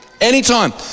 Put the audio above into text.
Anytime